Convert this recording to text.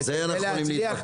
על זה אנחנו יכולים להתווכח.